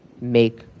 make